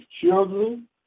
children